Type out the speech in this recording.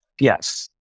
Yes